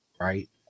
right